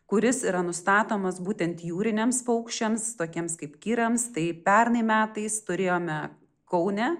kuris yra nustatomas būtent jūriniams paukščiams tokiems kaip kirams tai pernai metais turėjome kaune